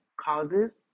causes